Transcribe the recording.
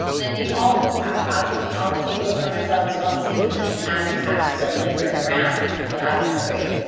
and i think all of us have it. i'll take i'll take a look for myself as well and see if there's any amateur habits still lingering around that i can upgrade.